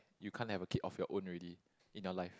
you can't have a kid of your own already in your life